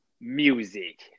music